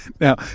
Now